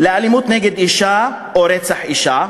לאלימות נגד אישה או לרצח אישה,